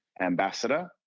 ambassador